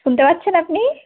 শুনতে পাচ্ছেন আপনি